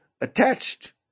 attached